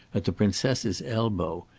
at the princess's elbow,